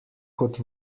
kot